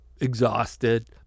exhausted